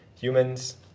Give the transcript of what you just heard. humans